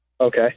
Okay